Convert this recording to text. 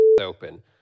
open